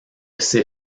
ces